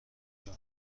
جون